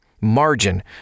margin